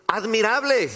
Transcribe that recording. admirable